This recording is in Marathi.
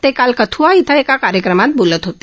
ते काल कथुआ इथं एका कार्यक्रमात बोलत होते